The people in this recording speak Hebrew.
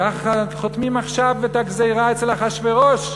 ככה חותמים עכשיו את הגזירה אצל אחשוורוש,